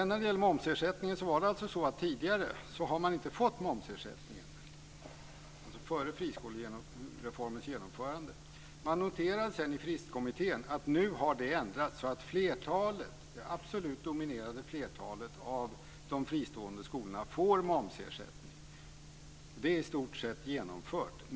När det gäller momsersättningen har man tidigare inte fått momsersättningen, alltså före friskolereformens genomförande. Man noterade i Fristkommittén att nu har det ändrats så att det absolut dominerande flertalet av de fristående skolorna får momsersättning. Det är i stort sett genomfört.